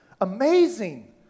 amazing